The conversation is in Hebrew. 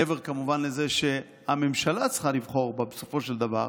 כמובן מעבר לזה שהממשלה צריכה לבחור בה בסופו של דבר,